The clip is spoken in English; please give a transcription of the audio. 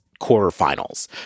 quarterfinals